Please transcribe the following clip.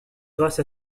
grâce